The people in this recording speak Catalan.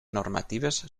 normatives